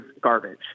garbage